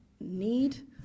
need